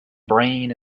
brain